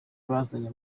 bazanye